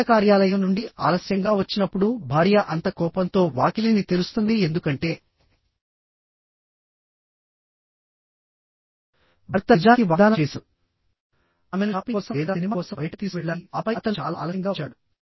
భర్త కార్యాలయం నుండి ఆలస్యంగా వచ్చినప్పుడు భార్య అంత కోపంతో వాకిలిని తెరుస్తుంది ఎందుకంటే భర్త నిజానికి వాగ్దానం చేసాడు ఆమెను షాపింగ్ కోసం లేదా సినిమా కోసం బయటకు తీసుకువెళ్లాలి ఆపై అతను చాలా ఆలస్యంగా వచ్చాడు